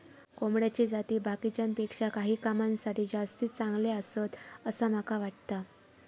कोंबड्याची जाती बाकीच्यांपेक्षा काही कामांसाठी जास्ती चांगले आसत, असा माका वाटता